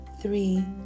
three